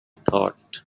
thought